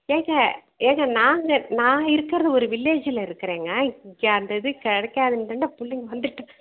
ஏங்க ஏங்க நாங்கள் நான் இருக்கிறது ஒரு வில்லேஜில் இருக்கிறேங்க இங்கே அந்த இது கிடைக்காதுன்னு தானே பிள்ளைங்க வந்துட்டு